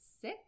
sick